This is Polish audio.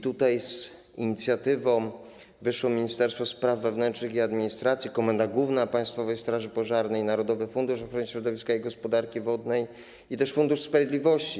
Tutaj z inicjatywą wyszły Ministerstwo Spraw Wewnętrznych i Administracji, Komenda Główna Państwowej Straży Pożarnej, Narodowy Fundusz Ochrony Środowiska i Gospodarki Wodnej i Fundusz Sprawiedliwości.